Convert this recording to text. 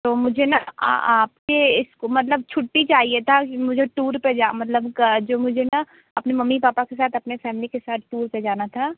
तो मुझे ना आपके मतलब छुट्टी चाहिए था कि मुझे टूर पर जा मतलब जो मुझे ना अपने मम्मी पापा के साथ अपनी फैमिली के साथ टूर पर जाना था